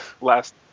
last